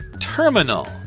Terminal